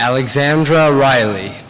alexandra riley